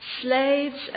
slaves